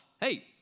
hey